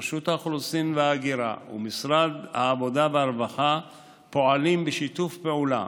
רשות האוכלוסין וההגירה ומשרד העבודה והרווחה פועלים בשיתוף פעולה